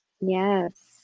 Yes